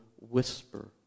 whisper